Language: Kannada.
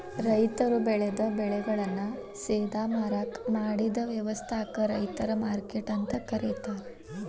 ರೈತರು ಬೆಳೆದ ಬೆಳೆಗಳನ್ನ ಸೇದಾ ಮಾರಾಕ್ ಮಾಡಿದ ವ್ಯವಸ್ಥಾಕ ರೈತರ ಮಾರ್ಕೆಟ್ ಅಂತ ಕರೇತಾರ